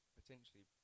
potentially